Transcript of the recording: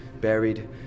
buried